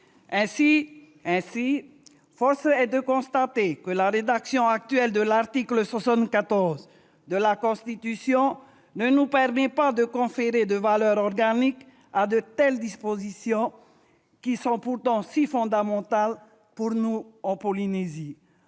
Ainsi, force est de constater que la rédaction actuelle de l'article 74 de la Constitution ne nous permet pas de conférer de valeur organique à de telles dispositions, qui sont pourtant fondamentales pour nous, en Polynésie.